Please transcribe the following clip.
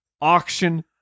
auction